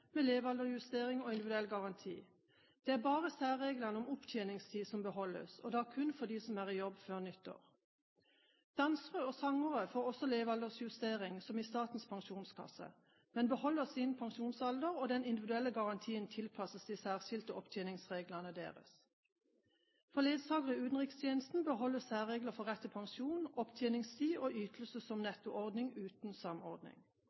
med levealdersjustering og individuell garanti. Det er bare særreglene om opptjeningstid som beholdes, og da kun for dem som er i jobb før nyttår. Dansere og sangere får også levealdersjustering som i Statens pensjonskasse, men beholder sin pensjonsalder, og den individuelle garantien tilpasses de særskilte opptjeningsreglene deres. For ledsagere i utenrikstjenesten beholdes særregler for rett til pensjon, opptjeningstid og ytelse som nettoordning uten samordning.